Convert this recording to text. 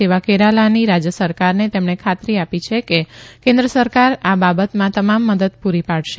તેવા કેરાલાની રાજ્ય સરકારને તેમણે ખાતરી આપી છે કે કેન્દ્ર સરકાર બાબતમાં તમામ મદદ પૂરી ાડશે